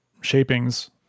shapings